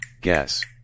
Guess